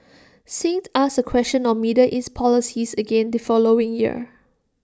Singh's asked A question on middle east policies again the following year